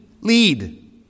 Lead